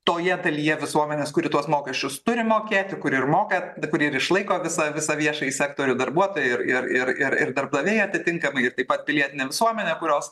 toje dalyje visuomenės kuri tuos mokesčius turi mokėti kur ir moka tie kur ir išlaiko visą visą viešąjį sektorių darbuotojai ir ir ir ir darbdaviai atitinkamai ir taip pat pilietinė visuomenė kurios